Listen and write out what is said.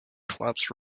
clubs